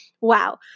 wow